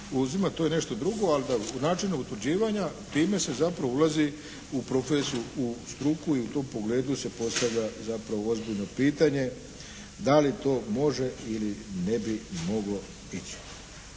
to je nešto drugo, ali da u načine utvrđivanja time se zapravo ulazi u profesiju, u struku i u tom pogledu se postavlja zapravo ozbiljno pitanje da li to može ili ne bi moglo ići.